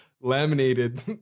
laminated